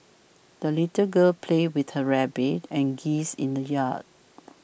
the little girl played with her rabbit and geese in the yard